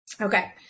okay